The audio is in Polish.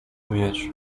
mieć